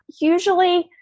usually